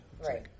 Right